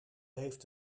heeft